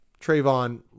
Trayvon